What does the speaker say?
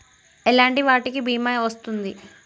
ఎలాంటి వాటికి బీమా వస్తుంది?